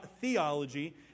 theology